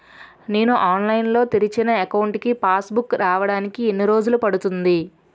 నేను ఆన్లైన్ లో తెరిచిన అకౌంట్ కి పాస్ బుక్ రావడానికి ఎన్ని రోజులు పడుతుంది?